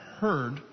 heard